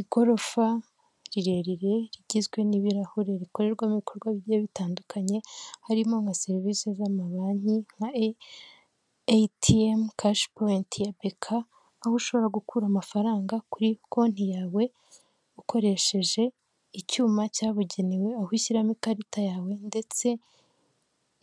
Igorofa rirerire rigizwe n'ibirahuri rikorerwamo ibikorwa bigiye bitandukanye ,harimo nka serivisi z'amabanki nka etm cashpt ya beca aho ushobora gukura amafaranga kuri konti yawe ukoresheje icyuma cyabugenewe, aho ushyiramo ikarita yawe ndetse